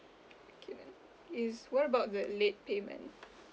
okay if what about the late payment